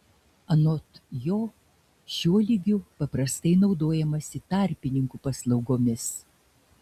anot jo šiuo lygiu paprastai naudojamasi tarpininkų paslaugomis